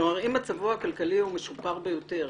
כלומר אם מצבו הכלכלי הוא משופר ביותר